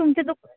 तुमच्या दुक